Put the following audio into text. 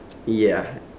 ya